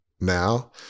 now